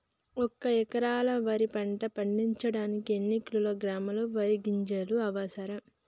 ఒక్క ఎకరా వరి పంట పండించడానికి ఎన్ని కిలోగ్రాముల వరి గింజలు అవసరం?